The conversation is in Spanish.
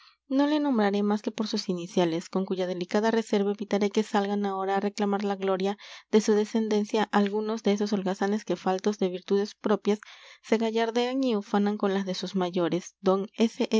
no le nombraré más que por sus iniciales con cuya delicada reserva evitaré que salgan ahora a reclamar la gloria de su descendencia algunos de esos holgazanes que faltos de virtudes propias se gallardean y ufanan con las de sus mayores d s